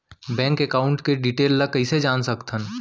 Bank account के detail ल कइसे जान सकथन?